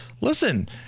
listen